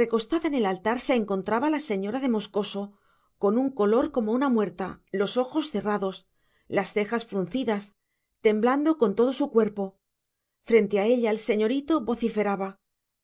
recostada en el altar se encontraba la señora de moscoso con un color como una muerta los ojos cerrados las cejas fruncidas temblando con todo su cuerpo frente a ella el señorito vociferaba